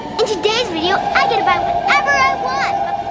in today's video, i get to buy whatever i want!